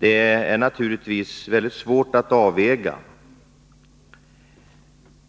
Det är naturligtvis svårt att avväga